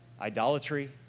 idolatry